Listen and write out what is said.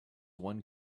one